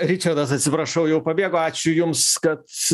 ričardas atsiprašau jau pabėgo ačiū jums kad